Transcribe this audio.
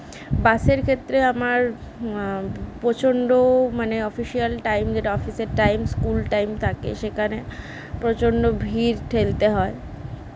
বাসের ক্ষেত্রে আমার প্রচন্ড মানে অফিশিয়াল টাইম যেটা অফিসের টাইম স্কুল টাইম থাকে সেখানে প্রচন্ড ভিড় ঠেলতে হয়